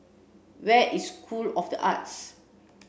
where is School of The Arts